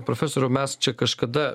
profesoriau mes čia kažkada